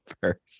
first